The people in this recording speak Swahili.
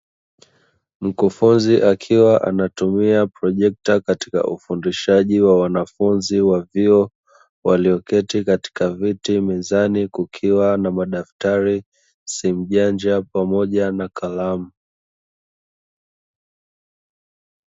Mkufunzi akiwa anatumia projekta katika ufundishaji wa wanafunzi wa vyuo, walioketi katika viti, mezani kukiwa na madaftari, Simu janja, pamoja na kalamu.